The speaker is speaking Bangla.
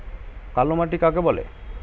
কালো মাটি কাকে বলে?